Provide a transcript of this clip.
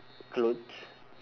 clothes